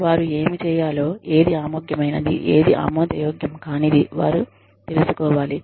వారు ఏమి చేయాలో ఏది ఆమోదయోగ్యమైనది ఏది ఆమోదయోగ్యం కానిది అని వారు తెలుసుకోవాలి